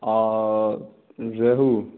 اور ریہو